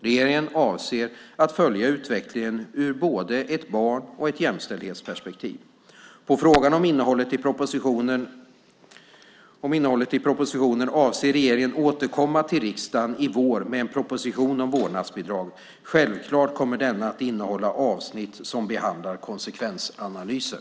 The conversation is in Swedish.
Regeringen avser att följa utvecklingen ur både ett barn och ett jämställdhetsperspektiv. På frågan om innehållet i propositionen avser regeringen att återkomma till riksdagen i vår med en proposition om vårdnadsbidrag. Självklart kommer denna att innehålla avsnitt som behandlar konsekvensanalyser.